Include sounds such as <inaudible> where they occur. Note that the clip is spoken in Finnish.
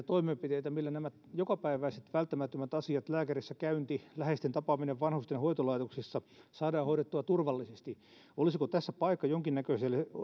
<unintelligible> toimenpiteitä millä nämä jokapäiväiset välttämättömät asiat lääkärissäkäynti läheisten tapaaminen vanhusten hoitolaitoksissa saadaan hoidettua turvallisesti olisiko tässä paikka jonkinnäköiselle